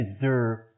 deserve